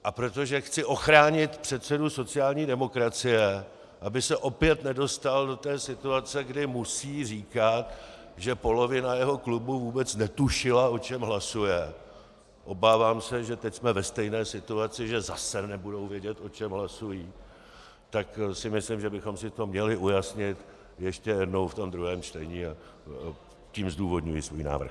A protože chci ochránit předsedu sociální demokracie, aby se opět nedostal do situace, kdy musí říkat, že polovina jeho klubu vůbec netušila, o čem hlasuje obávám se, že teď jsme ve stejné situaci, že zase nebudou vědět, o čem hlasují , tak si myslím, že bychom si to měli ujasnit ještě jednou v druhém čtení, a tím zdůvodňuji svůj návrh.